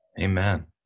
Amen